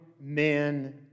men